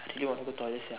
!aiyo! I want to go toilet sia